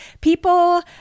people